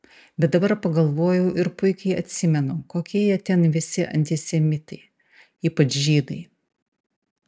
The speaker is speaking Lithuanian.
bet dabar pagalvojau ir puikiai atsimenu kokie jie ten visi antisemitai ypač žydai